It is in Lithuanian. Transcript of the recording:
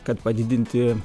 kad padidinti